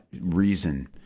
reason